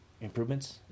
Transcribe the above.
improvements